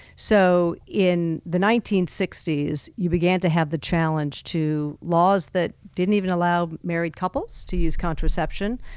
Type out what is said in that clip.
so in the nineteen sixty s you began to have the challenge to laws that didn't even allow married couples to use contraception.